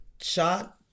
shot